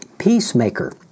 Peacemaker